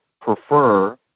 prefer